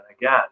again